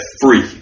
free